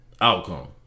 Outcome